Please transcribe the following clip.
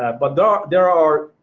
ah but ah there are,